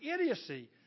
idiocy